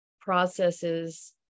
processes